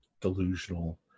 delusional